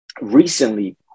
recently